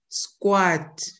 squat